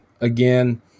Again